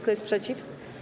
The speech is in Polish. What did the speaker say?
Kto jest przeciw?